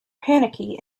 panicky